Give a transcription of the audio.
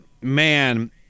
Man